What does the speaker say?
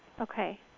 Okay